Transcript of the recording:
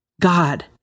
God